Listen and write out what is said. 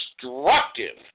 destructive